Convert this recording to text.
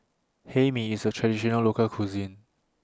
Hae Mee IS A Traditional Local Cuisine